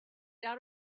out